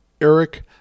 Eric